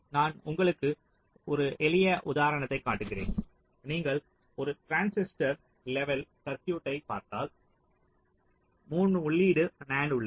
நான் உங்களுக்கு ஒரு எளிய உதாரணத்தைக் காட்டுகிறேன் நீங்கள் ஒரு டிரான்சிஸ்டர் லெவல் சர்க்யூட்டைப் பார்த்தால் 3 உள்ளீடு NAND உள்ளது